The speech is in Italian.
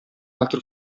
altro